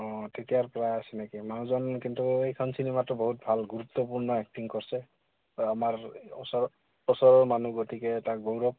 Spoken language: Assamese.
অঁ তেতিয়াৰপৰা চিনাকি মানুহজন কিন্তু এইখন চিনেমাটো বহুত ভাল গুৰুত্বপূৰ্ণ এক্টিং কৰছে আমাৰ ওচৰ ওচৰৰ মানুহ গতিকে এটা গৌৰৱ